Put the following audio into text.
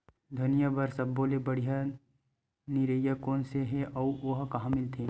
धनिया बर सब्बो ले बढ़िया निरैया कोन सा हे आऊ ओहा कहां मिलथे?